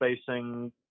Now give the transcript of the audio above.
spacing